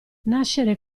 nascere